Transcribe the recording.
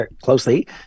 closely